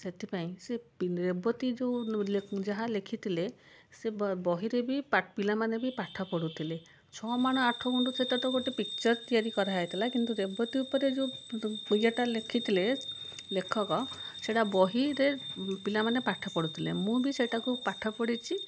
ସେଥିପାଇଁ ସେ ରେବତୀ ଯାହା ଲେଖିଥିଲେ ସେ ବହିରେ ବି ପିଲାମାନେ ବି ପାଠ ପଢୁଥିଲେ ଛଅ ମାଣ ଆଠଗୁଣ୍ଠ ସହିତ ତ ଗୋଟେ ପିକ୍ଚର ତିଆରି କରା ହୋଇଥିଲା କିନ୍ତୁ ରେବତୀ ଉପରେ ଯେଉଁ ୟେ ଟା ଲେଖିଥିଲେ ଲେଖକ ସେଇଟା ବହିରେ ପିଲାମାନେ ପାଠ ପଢୁଥିଲେ ମୁଁ ବି ସେଇଟାକୁ ପାଠ ପଢ଼ିଛି